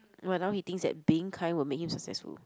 but now he thinks that being kind will make him successful